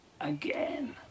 again